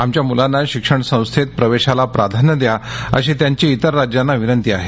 आमच्या मुलांना शिक्षण संस्थेत प्रवेशाला प्राधान्य द्या अशी त्यांची इतर राज्यांना विनंती आहे